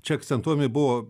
čia akcentuojami buvo